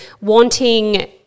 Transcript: wanting